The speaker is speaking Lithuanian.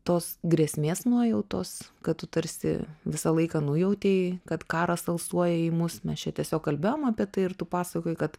tos grėsmės nuojautos kad tu tarsi visą laiką nujautei kad karas alsuoja į mus mes čia tiesiog kalbėjom apie tai ir tu pasakojai kad